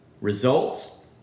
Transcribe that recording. results